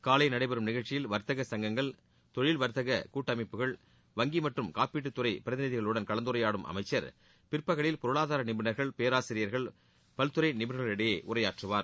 காலையில் நடைபெறும் நிகழ்ச்சியில் வர்த்தக சங்கங்கள் தொழில் வர்த்தக கூட்டமைப்புகள் வங்கி மற்றும் காப்பீட்டுத் துறை பிரதிநிதிகளுடன் கலந்துரையாடும் அமைச்சர் பிற்பகலில் பொருளாதார நிபுணர்கள் பேராசிரியர்கள் பல்துறை நிபுணர்களிடையே உரையாற்றுவார்